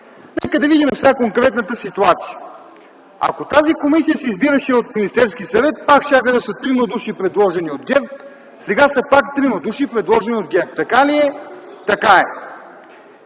Нека да видим сега конкретната ситуация. Ако тази комисия се избираше от Министерския съвет, пак щяха да са трима души, предложени от ГЕРБ, сега са пак трима души, предложени от ГЕРБ. Така ли е? Така е.